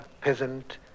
peasant